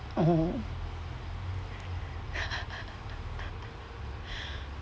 oh